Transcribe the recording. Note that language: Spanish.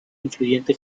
influyente